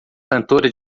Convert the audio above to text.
cantora